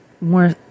more